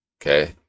Okay